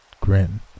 grin